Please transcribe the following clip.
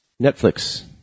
Netflix